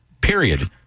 period